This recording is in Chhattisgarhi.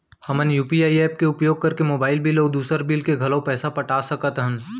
हमन यू.पी.आई एप के उपयोग करके मोबाइल बिल अऊ दुसर बिल के घलो पैसा पटा सकत हन